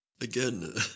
Again